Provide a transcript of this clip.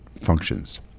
functions